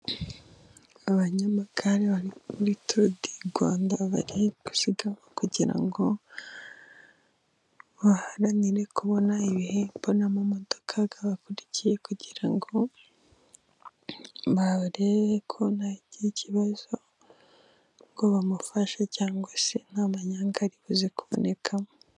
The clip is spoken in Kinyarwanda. Abanyamagare bari muri turudirwanda bari gusiganwa kugira ngo baharanire kubona ibihembo, n' amamodoka ababakurikiye kugira ngo barebeko ntawe ugira kibazo ngo bamufashe, cyangwa se ntamanyanga ari buze kubonekamo.